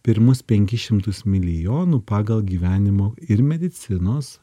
pirmus penkis šimtus milijonų pagal gyvenimo ir medicinos